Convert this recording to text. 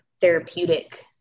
therapeutic